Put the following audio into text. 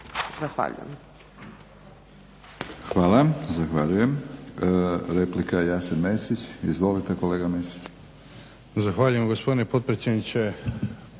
Zahvaljujem.